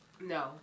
No